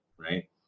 right